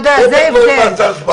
שזה היבט מקצועי.